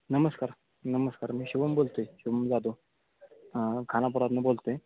नमस्कार नमस्कार मी शिवम बोलतो आहे शिवम शिवम जाधव हां खानापुरातून बोलतो आहे